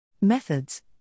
Methods